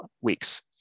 weeks